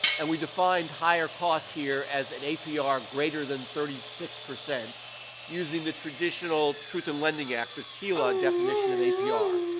and we defined higher cost, here, as an apr greater than thirty six percent using the traditional truth in lending act, or tila, definition of apr. now,